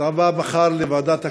אתה בא מחר לוועדת הכספים.